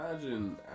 imagine